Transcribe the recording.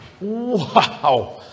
wow